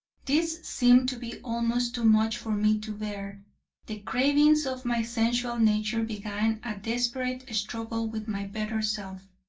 this seemed to be almost too much for me to bear the cravings of my sensual nature began a desperate struggle with my better self.